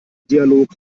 dialog